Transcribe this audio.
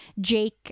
Jake